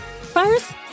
First